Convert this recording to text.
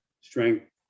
strength